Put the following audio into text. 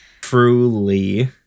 Truly